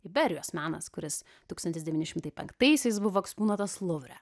iberijos menas kuris tūkstantis devyni šimtai penktaisiais buvo eksponuotas luvre